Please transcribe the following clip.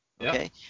Okay